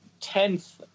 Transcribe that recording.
tenth